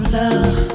love